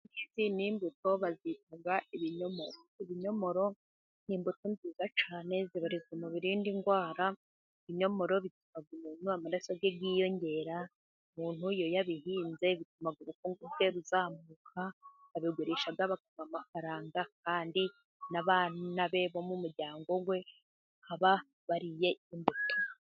Izi ni imbuto bazita ibinyomoro, ibinyomoro ni imbuto nziza cyane zibarizwa mu birinda indwara. Ibinyomoro bituma amaraso ye yiyongera ,umuntu iyo yabihinze bituma ubukungu bwe buzamuka ,abigurisha bakamuha amafaranga, kandi n'abana be bo mu muryango we baba bariye imbuto.